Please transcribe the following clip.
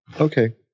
Okay